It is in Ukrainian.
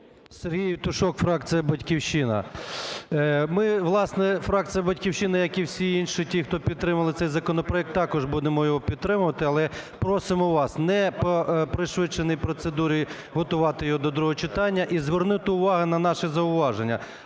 Сергій Євтушок, фракція "Батьківщина". Ми, власне, фракція "Батьківщина", як і всі інші, ті, хто підтримали цей законопроект, також будемо його підтримувати, але просимо вас не по пришвидшеній процедурі готувати його до другого читання і звернути увагу на наші зауваження,